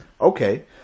Okay